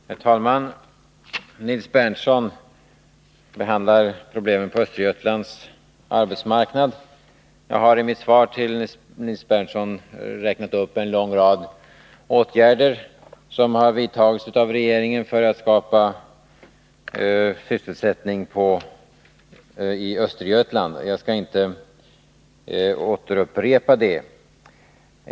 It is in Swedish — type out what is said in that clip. Herr talman! Nils Berndtson behandlar i sin interpellation problemen på Östergötlands arbetsmarknad. Jag har i mitt svar till Nils Berndtson räknat upp en lång rad åtgärder som har vidtagits av regeringen för att skapa sysselsättning i Östergötland, och jag skall inte upprepa dem.